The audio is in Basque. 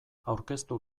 aurkeztu